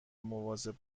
مواظب